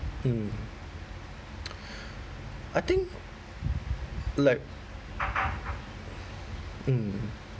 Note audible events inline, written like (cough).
mm (breath) I think like mm